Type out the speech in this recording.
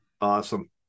awesome